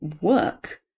work